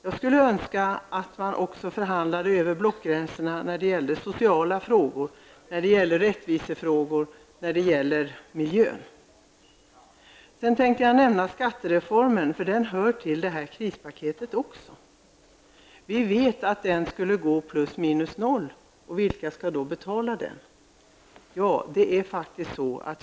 Jag skulle önska att han också förhandlar över blockgränserna när det gäller sociala frågor, rättvisefrågor och miljö. Också skattereformen hör till det här krispaketet. Vi vet att resultatet skulle bli plus minus noll. Vilka skall då betala den?